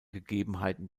gegebenheiten